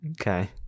Okay